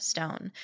Stone